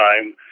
time